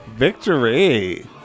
Victory